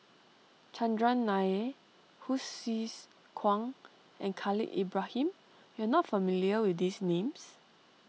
Chandran Nair Hsu Tse Kwang and Khalil Ibrahim you are not familiar with these names